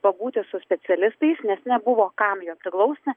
pabūti su specialistais nes nebuvo kam jo priglausti